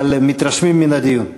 אבל מתרשמים מן הדיון.